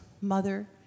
mother